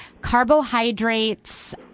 carbohydrates